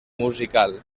musical